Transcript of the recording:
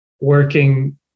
working